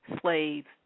slaves